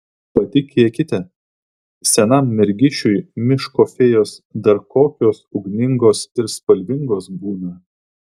patikėkite senam mergišiui miško fėjos dar kokios ugningos ir spalvingos būna